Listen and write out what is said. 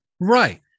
Right